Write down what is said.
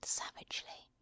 savagely